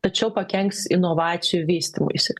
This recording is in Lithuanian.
tačiau pakenks inovacijų vystymuisi